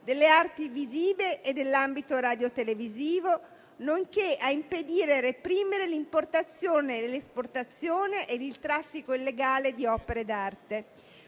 nelle arti visive e nell'ambito radiotelevisivo, nonché a impedire e reprimere l'importazione, l'esportazione e il traffico illegale di opere d'arte.